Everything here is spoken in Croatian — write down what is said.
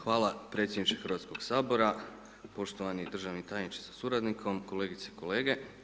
Hvala predsjedniče Hrvatskog sabora, poštovani državni tajniče sa suradnikom kolegice i kolege.